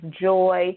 joy